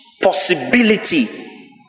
possibility